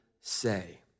say